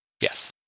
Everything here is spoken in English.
Yes